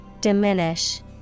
Diminish